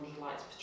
lights